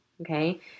okay